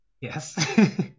Yes